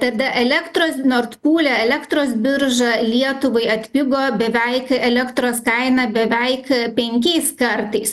tada elektros nord pūle elektros biržą lietuvai atpigo beveik elektros kaina beveik penkiais kartais